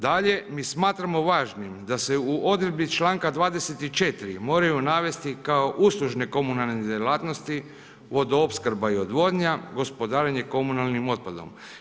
Dalje, mi smatramo važnim da se u odredbi članka 24. moraju navesti kao uslužne komunalne djelatnosti, vodoopskrba i odvodnja, gospodarenje komunalnim otpadom.